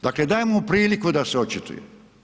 Dakle, daje mu priliku da se očituje.